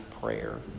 prayer